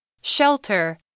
Shelter